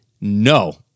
no